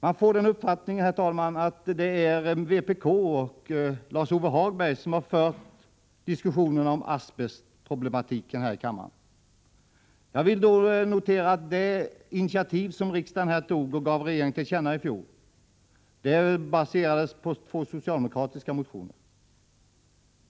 Man får den uppfattningen, herr talman, att det är vpk och Lars-Ove Hagberg som har fört diskussionerna om asbestproblematiken här i kammaren. Jag vill då notera att det initiativ som riksdagen tog och gav regeringen till känna i fjol baserades på två socialdemokratiska motioner.